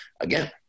Again